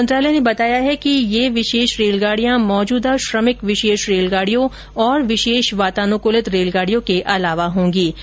rail मंत्रालय ने बताया है कि ये विशेष रेलगाडियां मौजूदा श्रमिक विशेष रेलगाडियों और विशेष वातानुकूलित रेलगाडियों के अलावा होंगी